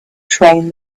train